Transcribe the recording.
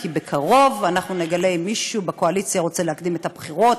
כי בקרוב אנחנו נגלה אם מישהו בקואליציה רוצה להקדים את הבחירות,